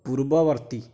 ପୂର୍ବବର୍ତ୍ତୀ